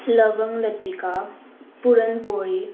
लवंग लतिका पुरणपोळी